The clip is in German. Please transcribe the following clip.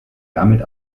damit